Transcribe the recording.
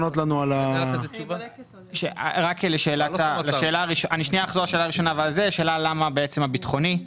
אני אחזור לשאלה הראשונה, למה הביטחוני.